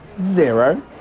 Zero